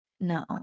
No